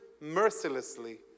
mercilessly